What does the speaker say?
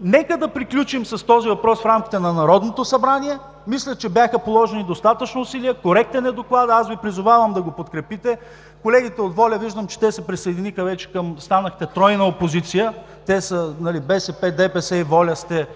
Нека да приключим с този въпрос в рамките на Народното събрание. Мисля, че бяха положени достатъчно усилия, коректен е Докладът. Аз Ви призовавам да го подкрепите. Колегите от „Воля“, виждам, че те се присъединиха вече към – станахте тройна опозиция. Те са, нали, БСП, ДПС и „Воля“ сте